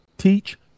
Teach